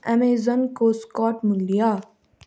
अमेजनको stock मूल्य